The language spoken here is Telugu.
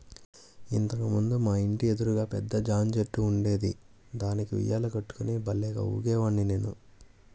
ఇంతకు ముందు మా ఇంటి ఎదురుగా పెద్ద జాంచెట్టు ఉండేది, దానికి ఉయ్యాల కట్టుకుని భల్లేగా ఊగేవాడ్ని నేను